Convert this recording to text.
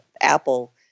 Apple